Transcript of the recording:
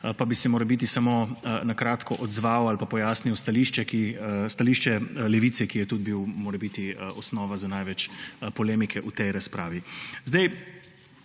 pa bi se morebiti samo na kratko odzval ali pa pojasnil stališče Levice, ki je tudi bilo morebiti osnova za največ polemike v tej razpravi.